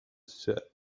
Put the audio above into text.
set